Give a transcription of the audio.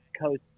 Coast